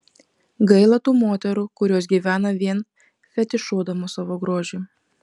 gaila tų moterų kurios gyvena vien fetišuodamos savo grožį